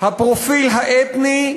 הפרופיל האתני,